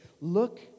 look